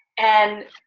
and,